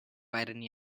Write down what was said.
irony